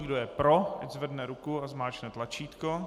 Kdo je pro, ať zvedne ruku a zmáčkne tlačítko.